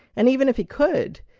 and even if he could,